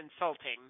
insulting